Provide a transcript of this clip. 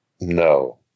No